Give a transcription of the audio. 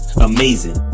amazing